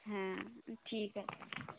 হ্যাঁ ঠিক আছে